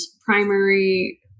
primary